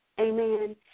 Amen